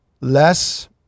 less